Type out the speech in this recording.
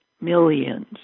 millions